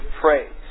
praise